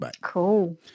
Cool